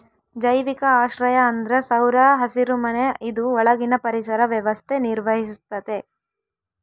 ಜೈವಿಕ ಆಶ್ರಯ ಅಂದ್ರ ಸೌರ ಹಸಿರುಮನೆ ಇದು ಒಳಗಿನ ಪರಿಸರ ವ್ಯವಸ್ಥೆ ನಿರ್ವಹಿಸ್ತತೆ